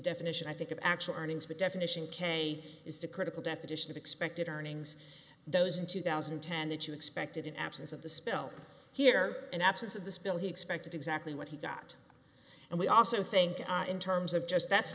definition i think of actual earnings but definition k is the critical definition of expected earnings those in two thousand and ten that you expected an absence of the spill here in absence of this bill he expected exactly what he got and we also think in terms of just that's